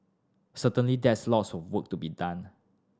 certainly there's lots of work to be done